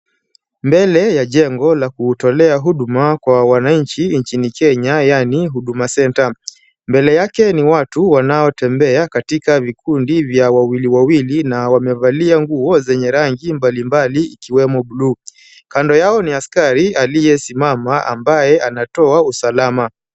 Mbele ya jengo la kutolea huduma kwa wananchi nchini Kenya yaani Huduma Centre. Mbele yake ni watu wanaotembea katika vikundi vya wawili wawili na wamevalia nguo zenye rangi mbalimbali ikiwemo blue . Kando yao ni askari aliyesimama ambaye anatoa usalama.